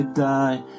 die